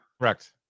Correct